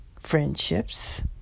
friendships